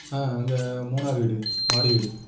ஆ அங்கே மூணாவது வீடு மாடி வீடு